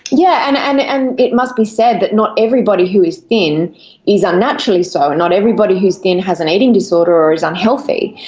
yeah and and and it must be said that not everybody who is thin is unnaturally so, and not everybody who is thin has an eating disorder or is unhealthy.